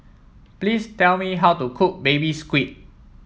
please tell me how to cook Baby Squid